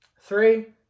Three